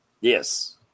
Yes